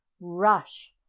Rush